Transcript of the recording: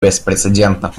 беспрецедентных